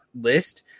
list